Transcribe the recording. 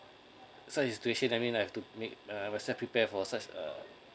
so in this situation I mean I have to make a self prepare for such uh